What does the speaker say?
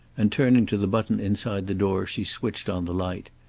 and turning to the button inside the door she switched on the light.